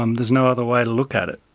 um there's no other way to look at it.